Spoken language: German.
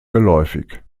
geläufig